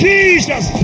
Jesus